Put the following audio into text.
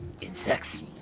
insects